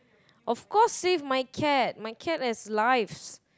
of course save my cats my cats have lives